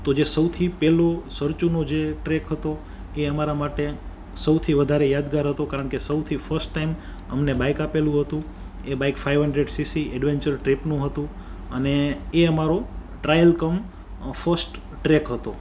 તો જે સૌથી પેલો સરચુનો જે ટ્રેક હતો એ અમારા માટે સૌથી વધારે યાદગાર હતો કારણ કે સૌથી ફર્સ્ટ ટાઈમ અમને બાઈક આપેલું હતું એ bike five hundred CC adventure ટ્રેકનું હતું અને એ અમારો ટ્રાયલ કમ ફર્સ્ટ ટ્રેક હતો